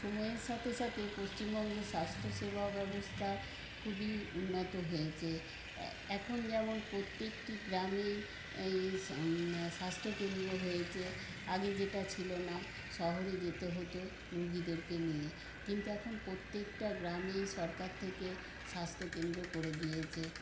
সময়ের সাথে সাথে পশ্চিমবঙ্গে স্বাস্থ্যসেবা ব্যবস্থা খুবই উন্নত হয়েছে এখন যেমন প্রত্যেকটি গ্রামেই এই স্বাস্থ্যকেন্দ্র হয়েছে আগে যেটা ছিল না শহরে যেতে হত রুগীদেরকে নিয়ে কিন্তু এখন প্রত্যেকটা গ্রামেই সরকার থেকে স্বাস্থ্যকেন্দ্র করে দিয়েছে